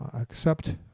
accept